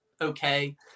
okay